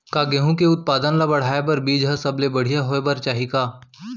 का गेहूँ के उत्पादन का बढ़ाये बर बीज ह सबले बढ़िया होय बर चाही का?